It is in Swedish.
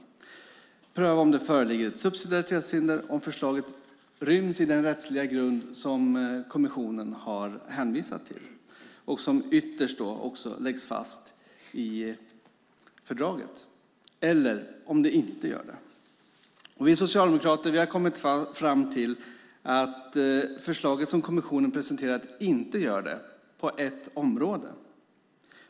Vi ska pröva om det föreligger ett subsidiaritetshinder, om förslaget ryms inom den rättsliga grund som kommissionen har hänvisat till och som ytterst läggs fast i fördraget eller om det inte gör det. Vi socialdemokrater har kommit fram till att förslaget som kommissionen presenterat inte gör det på ett område.